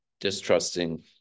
distrusting